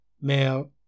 male